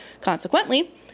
Consequently